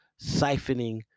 Siphoning